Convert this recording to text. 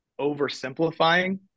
oversimplifying